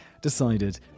decided